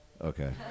Okay